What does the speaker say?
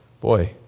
boy